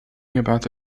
يبعث